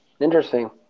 Interesting